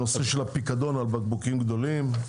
הנושא של פיקדון על בקבוקים גדולים,